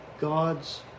God's